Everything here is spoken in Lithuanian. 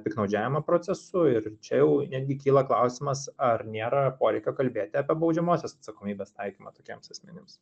piktnaudžiavimą procesu ir čia jau netgi kyla klausimas ar nėra poreikio kalbėti apie baudžiamosios atsakomybės taikymą tokiems asmenims